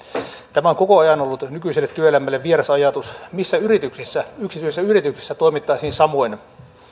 tämä on koko ajan ollut nykyiselle työelämälle vieras ajatus missä yksityisissä yrityksissä toimittaisiin samoin